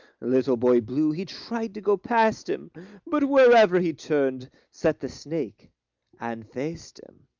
little boy blue he tried to go past him but wherever he turned, sat the snake and faced him.